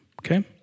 Okay